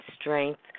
Strength